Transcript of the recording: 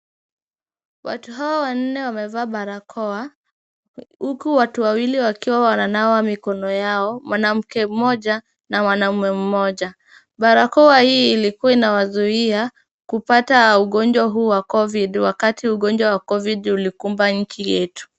Watu hawa wanne wamevaa barakoa huku watu wawili wakiwa wananawa mikono yao. Mwanamke mmoja na mwanaume mmoja. Barakoa hii ilikuwa inawazuia kupata ugonjwa huu wa Covid wakati ugonjwa wa Covid ulikumba nchi yetu.